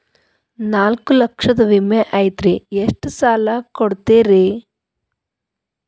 ನಾಲ್ಕು ಲಕ್ಷದ ವಿಮೆ ಐತ್ರಿ ಎಷ್ಟ ಸಾಲ ಕೊಡ್ತೇರಿ?